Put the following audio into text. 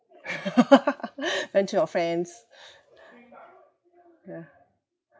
rent to your friends yeah